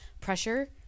pressure